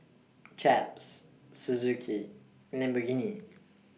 Chaps Suzuki Lamborghini